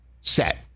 set